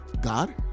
God